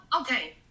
okay